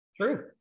True